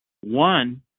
One